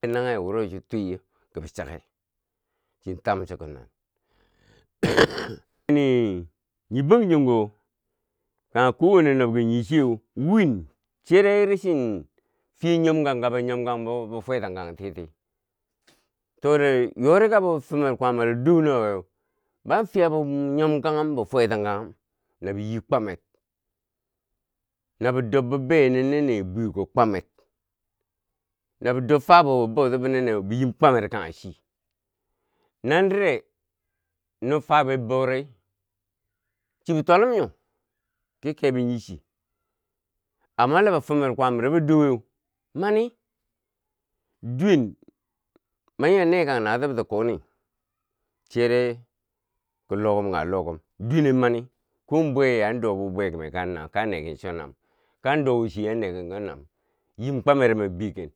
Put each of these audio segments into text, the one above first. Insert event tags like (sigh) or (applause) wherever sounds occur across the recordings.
Neghe wuro chi twi yeu kibi chake, chin tam so kinan, (noise) nini nyi bangjongo kaghe kowanne nobki nyi chiyeu, win chere ra shin fiye nyom ganga be nyombo ba fwe tankan tiyeti tore yori ka bo fumer kwamaro dou naweu ban fiya bi nyom kanghum bi fwe tankanghum nabiyi kwamer nabi dob bi be yonin nini bwe go kwamer, na be dob fabubo kwouti bine neu bi yim kwamer kanghe chi. Nandire no fabe bouri chiki twalum nyo, ki kebo nyichi amma la bi fumer kwamaro bwo douweu, mani duwen ma nya nekan natubti koni chere ko lokum kanghe lokum duwene mani ko bweye an do be bwe kume kan neken cho nam kandou che an neken kom nam, yim kwamerem bo begen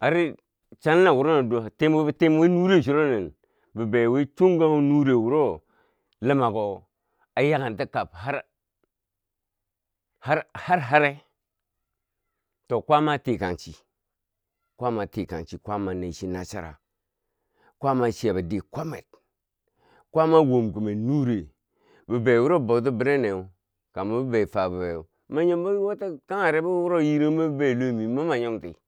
har channa wuro duwal timwi bitmwi nure churo nin bibeiyo wi chongaghuu nure wuro lumako aya kenti kab (hesitation) hare hare, to kwaama a tikanchi, kwaama atikanchi, kwaama a nechi nasara kwaama a chiya bidiye kwamer, kwaama a wom kumen nure bibeyo wuro bouti bineneu ka mar bibei fa bubeu ma nyombo wotak kagheri bi wuro yi raghumeu bibiyo lome manima nyomti.